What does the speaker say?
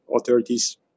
authorities